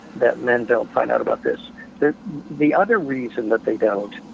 that men don't find out about this the other reason that they don't,